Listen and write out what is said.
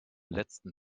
letzten